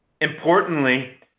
Importantly